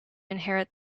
inherit